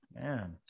man